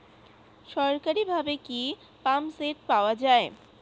সরকারিভাবে কি পাম্পসেট পাওয়া যায়?